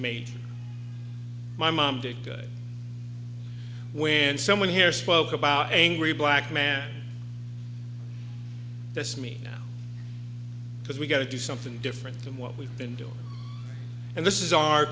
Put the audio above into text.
made my mom to when someone here spoke about angry black man that's me now because we got to do something different than what we've been doing and this is our